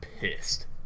pissed